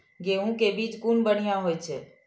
गैहू कै बीज कुन बढ़िया होय छै?